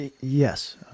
Yes